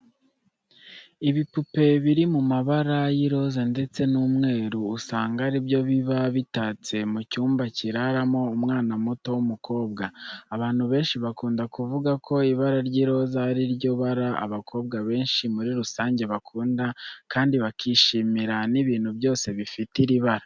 Ibipupe biri mu mabara y'iroze ndetse n'umweru usanga ari byo biba bitatse mu cyumba kiraramo umwana muto w'umukobwa. Abantu benshi bakunda kuvuga ko ibara ry'iroze ari ryo bara abakobwa benshi muri rusange bakunda kandi bakishimira n'ibintu byose bifite iri bara.